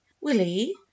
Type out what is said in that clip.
Willie